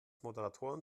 moderatoren